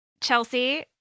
Chelsea